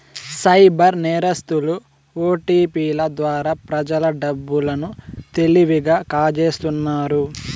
cyber నేరస్తులు ఓటిపిల ద్వారా ప్రజల డబ్బు లను తెలివిగా కాజేస్తున్నారు